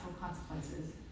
consequences